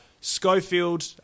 Schofield